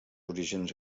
orígens